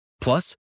plus